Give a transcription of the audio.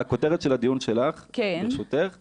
הכותרת של הדיון שלך, ברשותך --- כן.